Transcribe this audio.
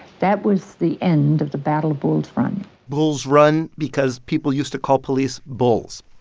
that was the end of the battle bull's run bull's run because people used to call police bulls.